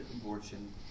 abortion